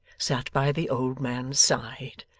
sat by the old man's side.